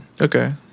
Okay